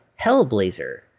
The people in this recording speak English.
Hellblazer